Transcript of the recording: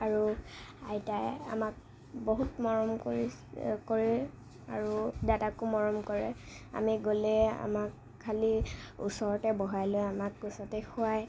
আৰু আইতাই আমাক বহুত মৰম কৰি কৰে আৰু দাদাকো মৰম কৰে আমি গ'লে আমাক খালী ওচৰতে বহাই লৈ আমাক কোঁচতে শুৱায়